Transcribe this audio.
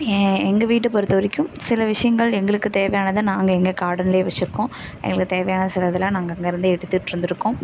ஏன் எங்கள் வீட்டை பொறுத்த வரைக்கும் சில விஷயங்கள் எங்களுக்கு தேவையானதை நாங்கள் எங்கள் கார்டனில் வச்சிருக்கோம் எங்களுக்கு தேவையான சிலதெலாம் நாங்கள் அங்கேருந்து எடுத்துட்டுருந்துருக்கோம்